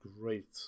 great